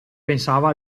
pensava